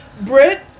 Brit